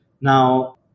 Now